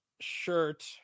shirt